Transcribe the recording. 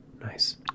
Nice